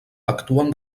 actuen